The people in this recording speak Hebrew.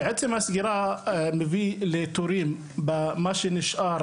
עצם הסגירה מביא לתורים במה שנשאר,